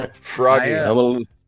Froggy